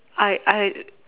I I